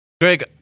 Greg